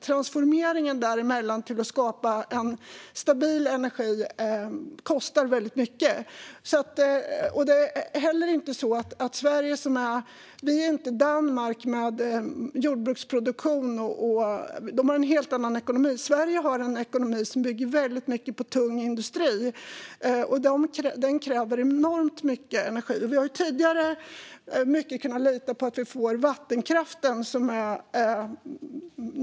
Transformeringen däremellan, som krävs för att skapa stabil energi, kostar väldigt mycket. Sverige är inte Danmark, som har stor jordbruksproduktion och en helt annan ekonomi. Sverige har en ekonomi som bygger väldigt mycket på tung industri, som kräver enormt mycket energi. Vi har tidigare kunnat lita mycket på vattenkraften.